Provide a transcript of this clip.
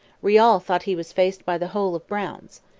riall thought he was faced by the whole of brown's.